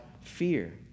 fear